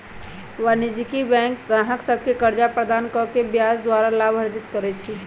वाणिज्यिक बैंक गाहक सभके कर्जा प्रदान कऽ के ब्याज द्वारा लाभ अर्जित करइ छइ